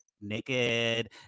naked